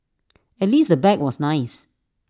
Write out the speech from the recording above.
at least the bag was nice